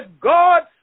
God